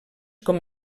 com